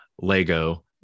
Lego